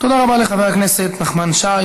תודה רבה לחבר הכנסת נחמן שי.